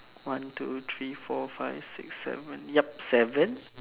one two three four five six seven yup seven